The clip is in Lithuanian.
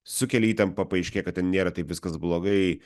sukelia įtampą paaiškėja kad ten nėra taip viskas blogai